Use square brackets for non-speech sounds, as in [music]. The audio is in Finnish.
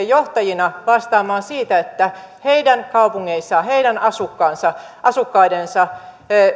[unintelligible] johtajina vastaamaan siitä että heidän kaupungeissaan heidän asukkaidensa asukkaidensa